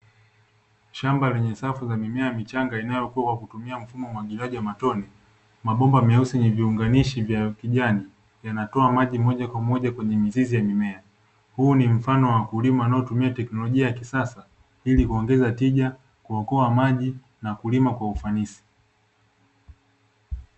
Shamba lenye safu za mimea michanga inayokua kwa kutumia mfumo waki umwagiliaji wa matone, mabomba meusi yenye viunganishi vya kijani yanatoa maji moja kwa moja kwenye mizizi ya mimea. Huu ni mfano wa mkulima anaetumia teknolojia ya kisasa ili kuongoza tija, kuokoa maji na kulima kwa ufanisi.